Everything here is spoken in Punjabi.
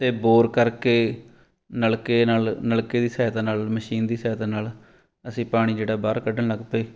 ਅਤੇ ਬੋਰ ਕਰਕੇ ਨਲਕੇ ਨਾਲ ਨਲਕੇ ਦੀ ਸਹਾਇਤਾ ਨਾਲ ਮਸ਼ੀਨ ਦੀ ਸਹਾਇਤਾ ਨਾਲ ਅਸੀਂ ਪਾਣੀ ਜਿਹੜਾ ਬਾਹਰ ਕੱਢਣ ਲੱਗ ਪਏ